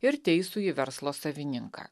ir teisųjį verslo savininką